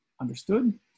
understood